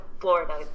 Florida